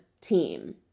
team